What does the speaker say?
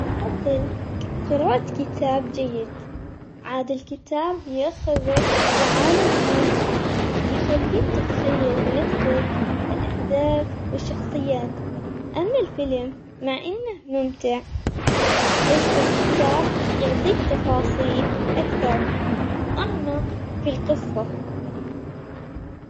أفضل ق- قراءة كتاب جيد عاد الكتاب ياخذك لعالم ثاني، يخليك تتخيل بنفسك الأحداث والشخصيات أما الفيلم مع إنه ممتع بس الكتاب يعطيك تفاصيل أكثر، وأعمق في القصة.